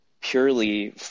purely